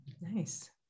Nice